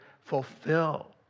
fulfill